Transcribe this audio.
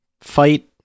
fight